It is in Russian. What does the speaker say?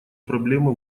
проблемы